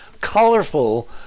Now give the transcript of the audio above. colorful